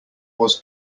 was